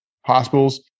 Hospitals